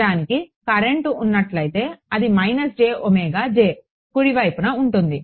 నిజానికి కరెంట్ ఉన్నట్లయితే అది కుడి వైపున ఉంటుంది